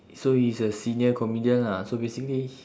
so he's a senior comedian lah so basically